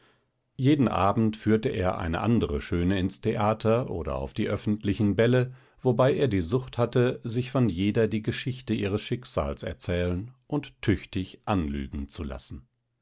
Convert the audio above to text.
jeden abend führte er eine andere schöne ins theater oder auf die öffentlichen bälle wobei er die sucht hatte sich von jeder die geschichte ihres schicksals erzählen und tüchtig anlügen zu lassen